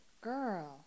Girl